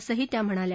असंही त्या म्हणाल्या